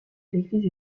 l’église